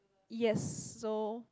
yes so